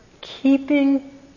keeping